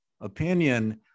opinion